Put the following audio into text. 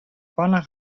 panne